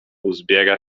uzbiera